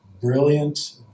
brilliant